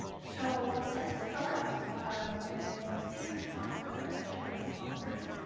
so, let's start we're gonna you've seen the sponsors our generous sponsors.